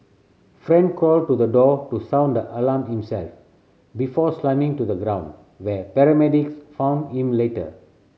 Fan crawled to the door to sound the alarm himself before slumping to the ground where paramedic found him later